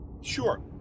Sure